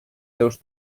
seus